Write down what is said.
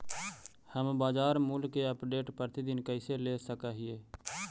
हम बाजार मूल्य के अपडेट, प्रतिदिन कैसे ले सक हिय?